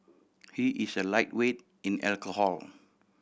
he is a lightweight in alcohol